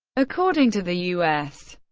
according to the u s.